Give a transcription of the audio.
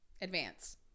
advance